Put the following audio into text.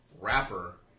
rapper